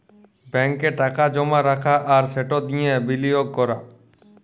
ব্যাংকে টাকা জমা রাখা আর সেট দিঁয়ে বিলিয়গ ক্যরা